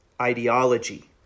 ideology